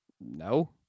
No